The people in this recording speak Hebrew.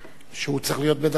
שהוא צריך להיות בדרכו הנה.